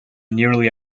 nearly